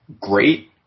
great